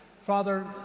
Father